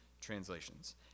translations